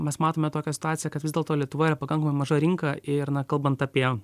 mes matome tokią situaciją kad vis dėlto lietuva yra pakankamai maža rinka ir na kalbant apie